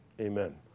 Amen